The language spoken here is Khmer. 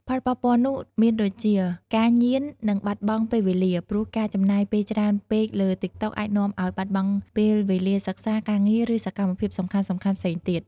ផលប៉ះពាល់នោះមានដូចជា ការញៀន និងបាត់បង់ពេលវេលា ព្រោះការចំណាយពេលច្រើនពេកលើតិកតុកអាចនាំឱ្យបាត់បង់ពេលវេលាសិក្សា ការងារ ឬសកម្មភាពសំខាន់ៗផ្សេងទៀត។